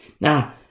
Now